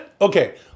Okay